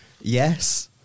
Yes